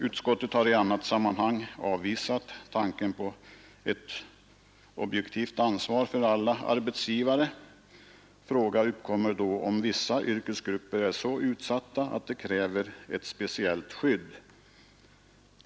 Utskottet har i annat sammanhang avvisat tanken på ett objektivt ansvar för alla arbetsgivare. Fråga uppkommer då om vissa yrkesgrupper är så utsatta att de kräver ett speciellt skydd.